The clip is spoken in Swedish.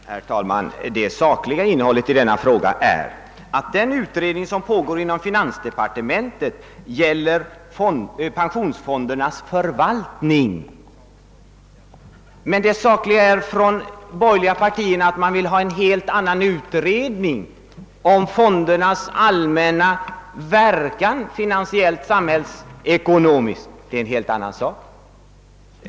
Herr talman! Det sakliga innehållet i denna fråga är att den utredning som pågår inom finansdepartementet gäller pensionsfondernas förvaltning, men de borgerliga partierna vill ha en helt annan utredning, nämligen om fondernas allmänna verkan samhällsekonomiskt. Det är en helt annan sak.